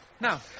Now